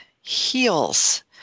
heals